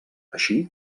així